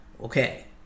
Okay